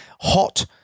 hot